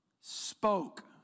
spoke